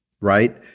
Right